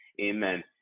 Amen